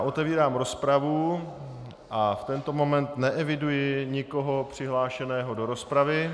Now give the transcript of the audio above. Otevírám rozpravu a v tento moment neeviduji nikoho přihlášeného do rozpravy.